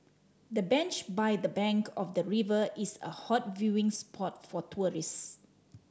the bench by the bank of the river is a hot viewing spot for tourist